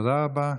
תודה רבה.